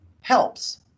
helps